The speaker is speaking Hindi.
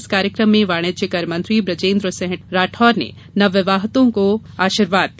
इस कार्यक्रम में वाणिज्यकर मंत्री बुजेन्द्र सिंह राठौर ने नवविवाहितों को आशीर्वाद दिया